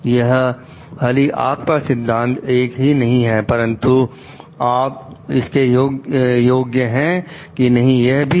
यह खाली आप का सिद्धांत एक ही नहीं है परंतु आप इसके लिए योग्य हैं कि नहीं यह भी है